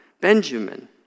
Benjamin